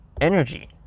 energy